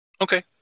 Okay